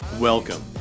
Welcome